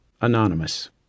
Anonymous